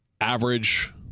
Average